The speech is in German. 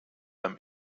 beim